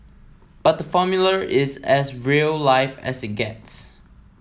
but the Formula is as real life as it gets